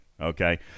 Okay